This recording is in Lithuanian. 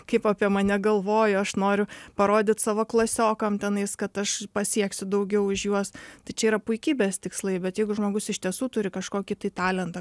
kaip apie mane galvoji aš noriu parodyt savo klasiokam tenais kad aš pasieksiu daugiau už juos tai čia yra puikybės tikslai bet jeigu žmogus iš tiesų turi kažkokį tai talentą